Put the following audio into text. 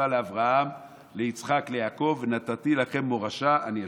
לאברהם ליצחק וליעקב ונתתי אתה לכם מורשה אני ה'",